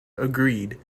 agreed